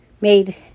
made